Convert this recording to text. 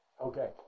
Okay